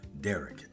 Derek